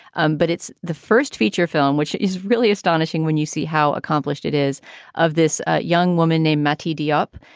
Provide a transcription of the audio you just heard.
um but it's the first feature film, which is really astonishing when you see how accomplished it is of this young woman named mtd up.